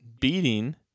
beating